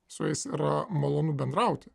su jais yra malonu bendrauti